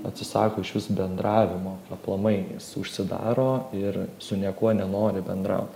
atsisako išvis bendravimo aplamai jis užsidaro ir su niekuo nenori bendraut